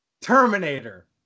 Terminator